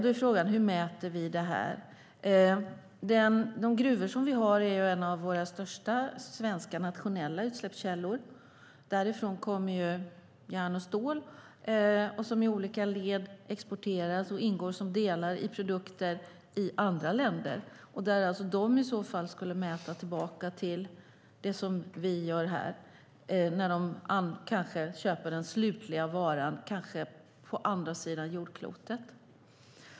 Då är frågan: Hur mäter vi det? Våra gruvor är en av de största svenska nationella utsläppskällorna. Därifrån kommer järn och stål som i olika led exporteras och ingår i produkter i andra länder. Då skulle de i så fall mäta det som vi gör här. Och den slutliga varan kanske köps på andra sidan jordklotet.